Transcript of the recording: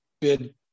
bid